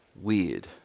weird